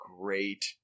great